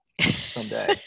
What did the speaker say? Someday